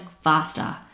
faster